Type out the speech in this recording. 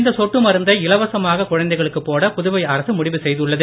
இந்த சொட்டு மருந்தை இலவசமாக குழந்தைகளுக்கு போட புதுவை அரசு முடிவு செய்துள்ளது